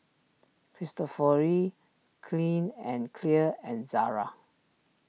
Cristofori Clean and Clear and Zara